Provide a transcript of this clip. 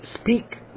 speak